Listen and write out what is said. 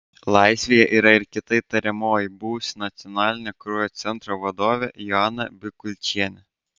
laisvėje yra ir kita įtariamoji buvusi nacionalinio kraujo centro vadovė joana bikulčienė